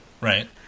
Right